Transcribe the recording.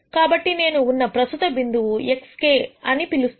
కాబట్టి నేను ఉన్న ప్రస్తుత బిందువు xk అని పిలుస్తాను